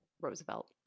Roosevelt